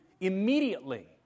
immediately